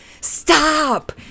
Stop